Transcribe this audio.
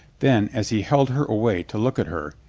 then, as he held her away to look at her,